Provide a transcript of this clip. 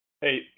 Hey